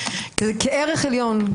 כערך עליון.